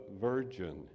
virgin